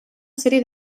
sèrie